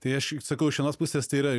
tai aš sakau iš vienos pusės tai yra